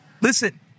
Listen